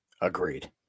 Agreed